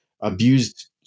abused